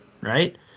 right